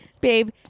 babe